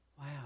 wow